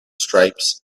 stripes